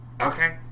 Okay